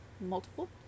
Multiple